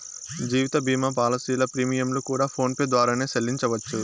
జీవిత భీమా పాలసీల ప్రీమియంలు కూడా ఫోన్ పే ద్వారానే సెల్లించవచ్చు